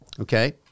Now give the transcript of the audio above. Okay